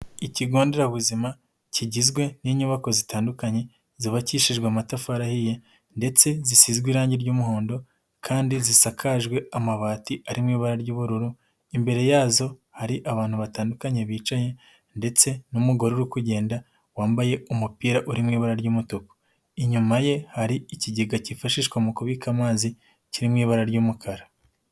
ikigo nderabuzima kigizwe n'inyubako zitandukanye zubabakishijwe amatafarihiye ndetse zisizwe irangi ry'umuhondo kandi zisakajwe amabati arimo ibara ry'ubururu, imbere yazo hari abantu batandukanye bicaye ndetse n'umugore uri kugenda wambaye umupira uri mu ibara ry'umutuku. Inyuma ye hari ikigega cyifashishwa mu kubika amazi kiririmo ibara ry'umukara